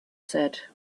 said